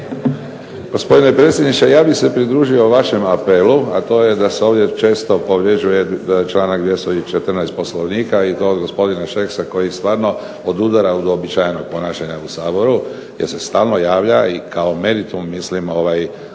Gospodine predsjedniče. Ja bih se pridružio vašem modelu, a to je da se ovdje često povređuje članak 214. Poslovnika i to od gospodina Šeksa koji stvarno odudara od uobičajenog ponašanja u Saboru, jer se stalno javlja i kao meritum mislim da